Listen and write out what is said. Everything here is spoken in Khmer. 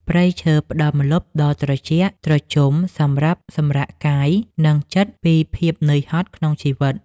ព្រៃឈើផ្តល់ម្លប់ដ៏ត្រជាក់ត្រជុំសម្រាប់សម្រាកកាយ និងចិត្តពីភាពនឿយហត់ក្នុងជីវិត។